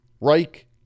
Reich